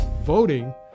voting